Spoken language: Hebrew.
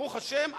ברוך השם,